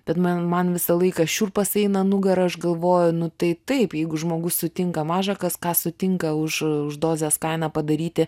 bet man man visą laiką šiurpas eina nugarą aš galvoju nu tai taip jeigu žmogus sutinka maža kas ką sutinka už už dozės kainą padaryti